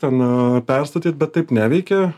ten perstatyt bet taip neveikia